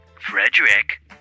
Frederick